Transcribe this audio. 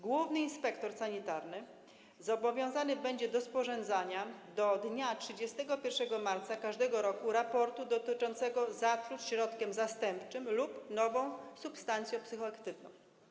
Główny inspektor sanitarny zobowiązany będzie do sporządzania do dnia 31 marca każdego roku raportu dotyczącego zatruć środkiem zastępczym lub nową substancja psychoaktywną.